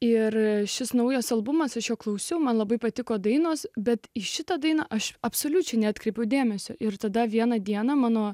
ir šis naujas albumas šiuo klausimu man labai patiko dainos bet į šitą dainą aš absoliučiai neatkreipiu dėmesio ir tada vieną dieną mano